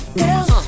girls